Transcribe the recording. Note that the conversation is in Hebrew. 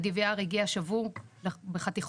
ה-DVR הגיע שבור בחתיכות.